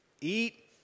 Eat